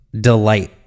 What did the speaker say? delight